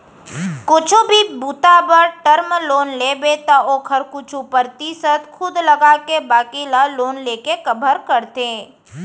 कुछु भी बूता बर टर्म लोन लेबे त ओखर कुछु परतिसत खुद लगाके बाकी ल लोन लेके कभर करथे